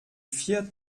vier